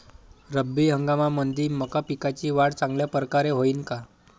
रब्बी हंगामामंदी मका पिकाची वाढ चांगल्या परकारे होईन का?